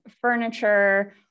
furniture